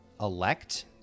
elect